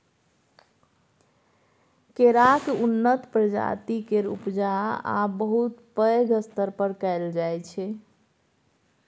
केराक उन्नत प्रजाति केर उपजा आब बहुत पैघ स्तर पर कएल जाइ छै